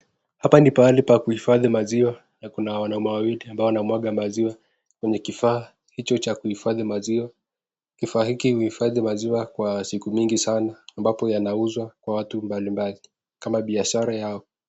Hapa ni mahali pa kuhifadhi maziwa na Kuna wanaume wawili ambao wanamwaga maziwa Kwenye kifaa hicho Cha kuifadhi maziwa kifaa hiki huifadhi maziwa Kwa siku mingi sana ambavyo yanauzwa ka watu mbalimbali kama biashara yao.